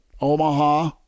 omaha